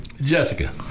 Jessica